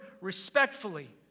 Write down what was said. respectfully